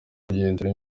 kugenzura